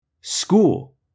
school